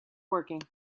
working